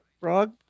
frog